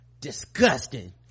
Disgusting